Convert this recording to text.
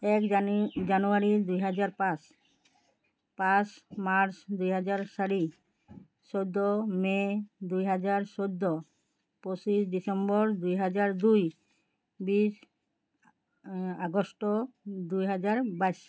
এক জানী জানুৱাৰী দুহেজাৰ পাঁচ পাঁচ মাৰ্চ দুই হাজাৰ চাৰি চৈধ্য মে' দুই হাজাৰ চৈধ্য পঁচিছ ডিচেম্বৰ দুই হাজাৰ দুই বিছ আগষ্ট দুই হাজাৰ বাইছ